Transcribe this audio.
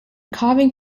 carving